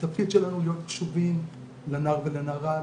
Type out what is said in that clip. והתפקיד שלנו הוא להיות קשובים לנער ולנערה,